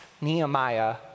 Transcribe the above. Nehemiah